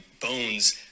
bones